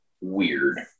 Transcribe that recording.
weird